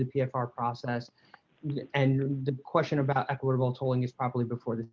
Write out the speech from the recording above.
the p f are processed and the question about equitable tolling is properly before